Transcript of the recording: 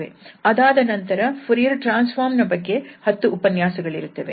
ಅದಾದ ನಂತರ Fourier transform ನ ಬಗ್ಗೆ 10 ಉಪನ್ಯಾಸಗಳಿರುತ್ತವೆ